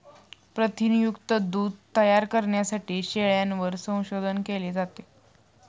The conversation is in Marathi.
प्रथिनयुक्त दूध तयार करण्यासाठी शेळ्यांवर संशोधन केले जाते